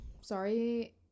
Sorry